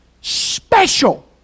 Special